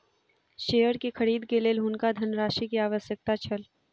share के खरीद के लेल हुनका धनराशि के आवश्यकता छल